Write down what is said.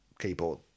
keyboard